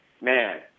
man